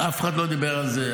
אף אחד לא דיבר על זה.